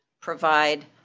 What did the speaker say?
provide